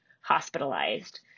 hospitalized